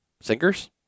Sinkers